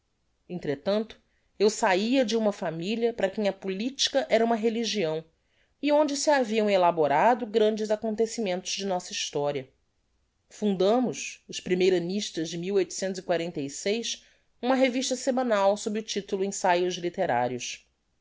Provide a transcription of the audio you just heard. entretanto eu sahia de uma familia para quem a politica era uma religião e onde se haviam elaborado grandes acontecimentos de nossa historia fundamos os primeirannistas de uma revista semanal sob o titulo ensaios litterarios